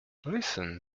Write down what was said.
listen